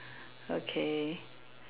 okay